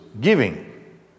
giving